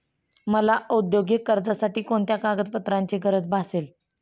मला औद्योगिक कर्जासाठी कोणत्या कागदपत्रांची गरज भासेल?